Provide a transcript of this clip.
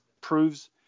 proves